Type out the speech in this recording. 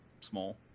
Small